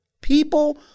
people